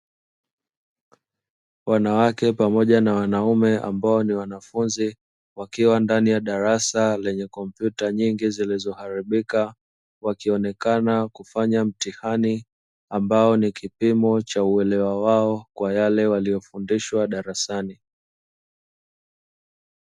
Wanawake pamoja na wanaume wakiwa ndani ya darasa lenye kompyuta nyingi zolizoharibika, wakionekana kufanya mtihani ambao ni kipimo cha uelewa wao kwa Yale waliyofundishwa darasani.